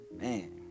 Man